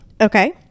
Okay